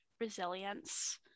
resilience